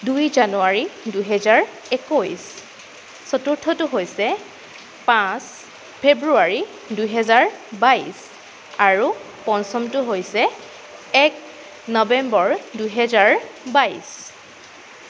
দুই জানুৱাৰী দুহেজাৰ একৈছ চতুৰ্থটো হৈছে পাঁচ ফ্ৰেব্ৰুৱাৰী দুহেজাৰ বাইছ আৰু পঞ্চমটো হৈছে এক নৱেম্বৰ দুহেজাৰ বাইছ